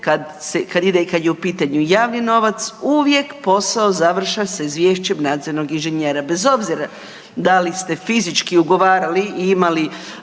kad ide i kad je u pitanju javni novac, uvijek postao završava sa izvješćem nadzornog inženjera, bez obzira da li ste fizički ugovarali i imali